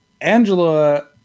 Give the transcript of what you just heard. Angela